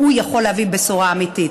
שהוא יכול להביא בשורה אמיתית.